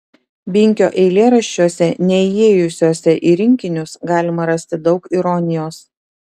binkio eilėraščiuose neįėjusiuose į rinkinius galima rasti daug ironijos